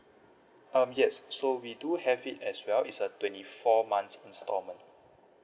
um yes so we do have it as well it's a twenty four months instalment